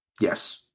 Yes